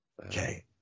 Okay